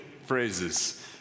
Phrases